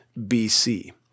BC